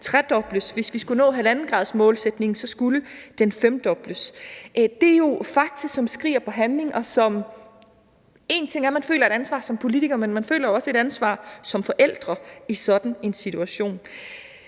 hvis vi skulle nå 1,5-gradersmålsætningen, skulle den femdobles. Det er jo fakta, som skriger på handling. Én ting er, at man føler et ansvar som politiker, men man føler jo også et ansvar som forældre i sådan en situation.